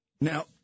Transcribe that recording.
Now